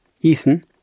Ethan